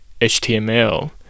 HTML